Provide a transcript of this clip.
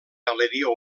galeria